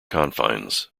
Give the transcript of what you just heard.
confines